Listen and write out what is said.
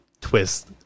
twist